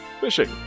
Fishing